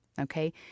Okay